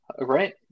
right